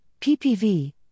PPV